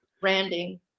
Branding